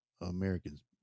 americans